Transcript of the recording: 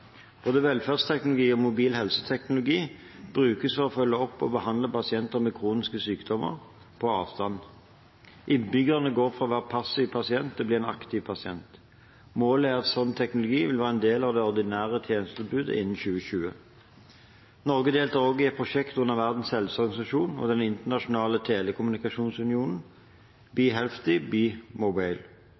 Både velferdsteknologi og mobil helseteknologi brukes for på avstand å følge opp og behandle pasienter med kroniske sykdommer. Innbyggerne går fra å være passive pasienter til å bli aktive pasienter. Målet er at slik teknologi vil være en del av det ordinære tjenestetilbudet innen 2020. Norge deltar også i et prosjekt under Verdens helseorganisasjon og Den internasjonale telekommunikasjonsunionen – Be